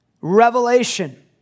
Revelation